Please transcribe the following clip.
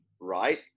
right